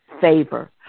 favor